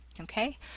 okay